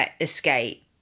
escape